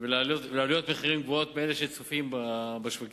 ועליות מחירים גבוהות מאלה שצופים בשווקים.